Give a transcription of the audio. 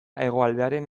hegoaldearen